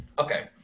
Okay